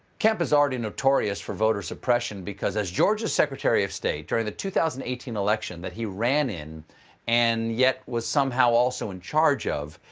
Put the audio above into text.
kemp is already notorious for voter suppression because, as georgia's secretary of state during the two thousand and eighteen election that he ran in and yet was somehow also in charge of,